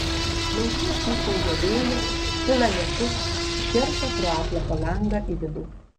lauke ūkauja vėjas pila lietus kerta pro atlapą langą į vidų